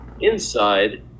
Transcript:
inside